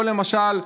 או למשל,